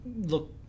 look